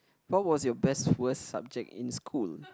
what was your best worst subject in school